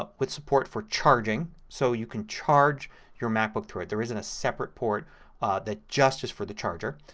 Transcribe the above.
ah with support for charging. so you can charge your macbook through it. there isn't a separate port that just is for the charger.